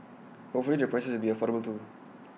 hopefully the prices will be affordable too